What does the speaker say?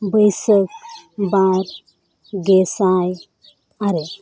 ᱵᱟᱹᱭᱥᱟᱹᱠᱷ ᱵᱟᱨ ᱜᱮᱥᱟᱭ ᱟᱨᱮ